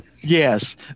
Yes